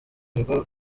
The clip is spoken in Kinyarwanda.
ibigo